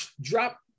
drop